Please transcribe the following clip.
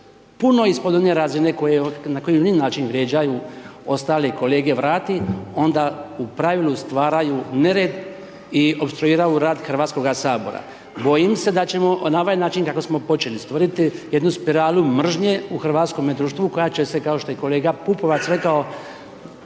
puno ispod one razine na koji oni način vrijeđaju, ostali kolege vrati, onda u pravilu stvaraju nered i opstruiraju rad HS-a. Bojim se da ćemo na ovaj način kako smo počeli, stvoriti jednu spiralu mržnje u hrvatskome društvu koja će se, kao što je kolega Pupovac rekao,